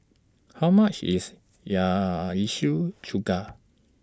How much IS Chuka